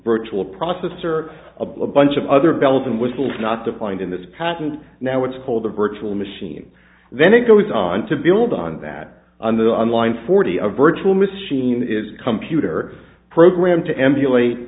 virtual processor a bunch of other bells and whistles not defined in this patent now it's called the virtual machine then it goes on to build on that on the on line forty a virtual machine is come peter program to emulate